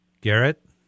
Garrett